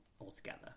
altogether